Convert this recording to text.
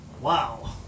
Wow